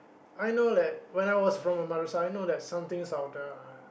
I know that when I was from a mother side know that some things out there are